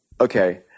okay